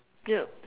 yup